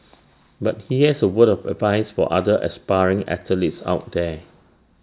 but he has A word of advice for other aspiring athletes out there